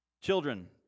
Children